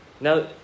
Now